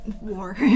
War